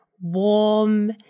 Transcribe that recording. warm